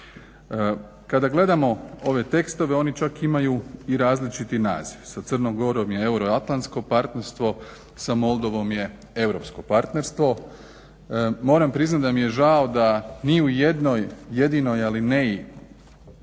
Kada gledamo ove tekstove oni čak imaju i različiti naziv, sa Crnom Gorom je Euroatlansko partnerstvo, sa Moldovom je Europsko partnerstvo. Moram priznat da mi je žao da ni u jednoj jedinoj